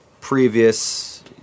previous